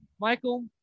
Michael